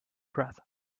breath